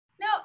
No